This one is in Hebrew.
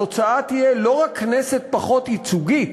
התוצאה תהיה לא רק כנסת פחות ייצוגית,